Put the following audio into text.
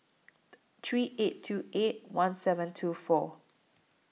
three eight two eight one seven two four